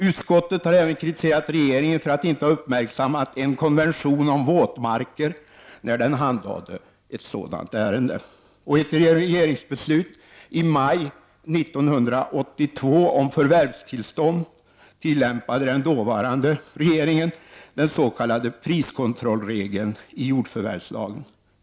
Utskottet har även kritiserat regeringen för att inte ha uppmärksammat en konvention om våtmarker, när den handlade ett sådant ärende. I ett regeringsbeslut i maj 1982 om förvärvstillstånd tillämpade den dåvarande regeringen den s.k. priskontrollregeln i jordförvärvslagen.